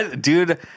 Dude